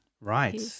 Right